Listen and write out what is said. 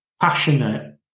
passionate